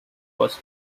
was